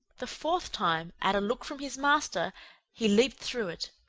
the fourth time, at a look from his master he leaped through it,